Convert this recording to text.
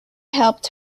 helped